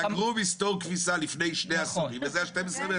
סגרו מסתור כביסה לפני שני עשורים וזה ה-12 מטר.